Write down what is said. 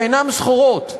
שאינם סחורות,